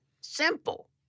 simple